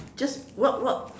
just what what